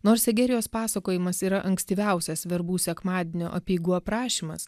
nors egerijos pasakojimas yra ankstyviausias verbų sekmadienio apeigų aprašymas